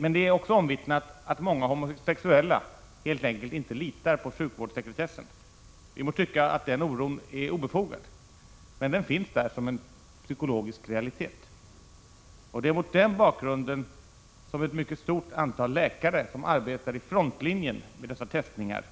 Men det är också omvittnat att många homosexuella helt enkelt inte litar på sjukvårdssekretessen. Vi må tycka att den oron är obefogad, men den finns där som en psykologisk realitet. Och det är mot den bakgrunden som ett mycket stort antal läkare som arbetar i frontlinjen med dessa testningar